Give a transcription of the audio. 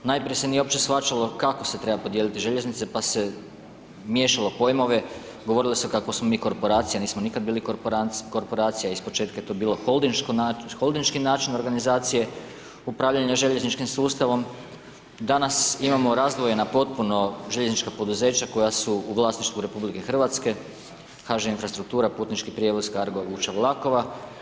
Najprije se nije uopće shvaćalo, kako se treba podijeliti željeznice, pa se miješalo pojmove, govorilo se kako smo mi korporacija, nismo nikada bili korporacija, iz početka je to bilo holdingški način organizacije, upravljanje željezničkim sustavom, danas, imamo razdvojena potpuno željeznička poduzeća koja su u vlasništvu RH, HŽ infrastruktura, putnički prijevoz … vuča vlakova.